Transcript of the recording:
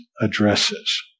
addresses